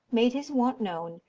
made his want known,